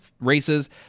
races